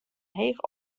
heech